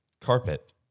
Carpet